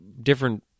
different